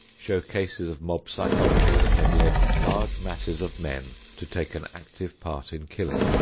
show cases of mob psychology that have led large masses of men to take an active part in killing.